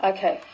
Okay